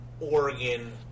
Oregon